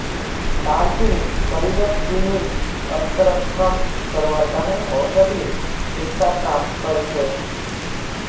दालचीनी शरीरत चीनीर स्तरक कम करवार त न औषधिर हिस्सा काम कर छेक